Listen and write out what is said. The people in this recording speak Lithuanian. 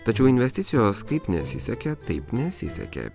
tačiau investicijos kaip nesisekė taip nesisekė